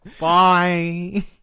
bye